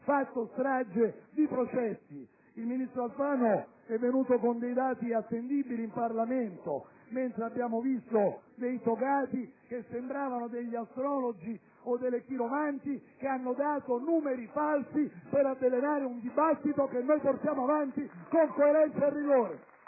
fatto strage di processi. Il ministro Alfano è venuto con dei dati attendibili in Parlamento, mentre abbiamo visto dei togati, che sembravano degli astrologi o delle chiromanti, dare numeri falsi per avvelenare un dibattito che noi portiamo avanti con coerenza e rigore.